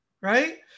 right